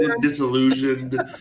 disillusioned